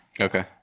okay